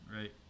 right